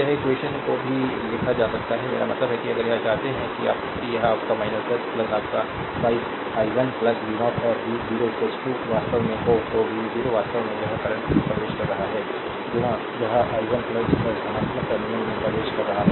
या इस इक्वेशन को भी लिखा जा सकता है मेरा मतलब है कि अगर यह चाहते हैं कि यह your 10 your 5 i 1 v0 और v0 वास्तव में हो और v0 वास्तव में यह करंट में प्रवेश कर रहा है यह i 1 10 धनात्मक टर्मिनल में प्रवेश कर रहा है